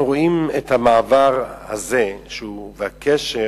אנחנו רואים את המעבר הזה והקשר